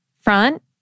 front